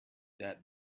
that